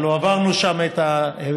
הלוא העברנו בוועדה,